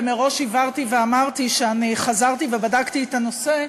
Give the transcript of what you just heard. ומראש הבהרתי ואמרתי שאני חזרתי ובדקתי את הנושא,